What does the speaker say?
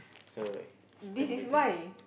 so it's now my turn